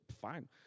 fine